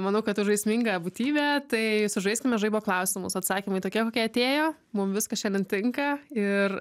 manau kad tu žaisminga būtybė tai sužaiskime žaibo klausimus atsakymai tokie kokie atėjo mum viskas šiandien tinka ir